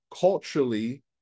culturally